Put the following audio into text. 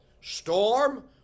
storm